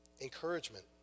Encouragement